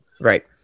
Right